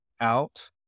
out